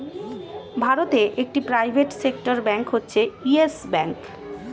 ভারতে একটি private sector bank হচ্ছে ইয়েস ব্যাঙ্ক